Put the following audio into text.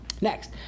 Next